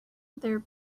their